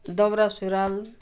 दौरा सुरुवाल